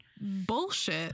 Bullshit